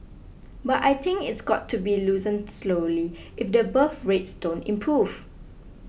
but I think it's got to be loosened slowly if the birth rates don't improve